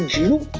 you